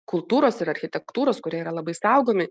kultūros ir architektūros kurie yra labai saugomi